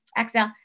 exhale